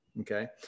Okay